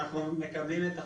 אנחנו מקבלים את החומר,